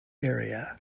area